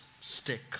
stick